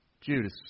Judas